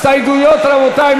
הסתייגויות, רבותי.